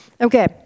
Okay